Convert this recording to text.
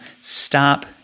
stop